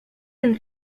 and